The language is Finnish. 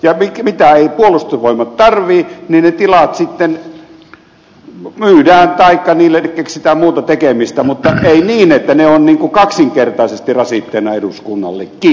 ne tilat mitä ei puolustusvoimat tarvitse sitten myydään taikka niille keksitään muuta tekemistä mutta ei niin että ne ovat kaksinkertaisesti rasitteena eduskunnallekin